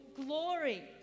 glory